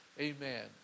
Amen